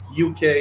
UK